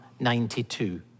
92